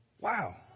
Wow